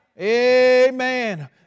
Amen